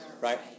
right